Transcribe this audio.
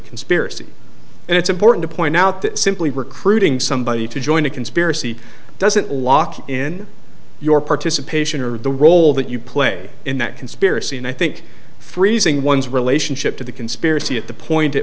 conspiracy and it's important to point out that simply recruiting somebody to join a conspiracy doesn't lock in your participation or the role that you play in that conspiracy and i think freezing one's relationship to the conspiracy at the point at